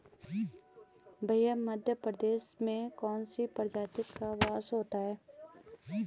भैया मध्य प्रदेश में कौन सी प्रजाति का बांस होता है?